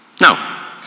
Now